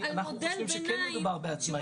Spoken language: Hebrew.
אנחנו חושבים שכן מדובר בעצמאים.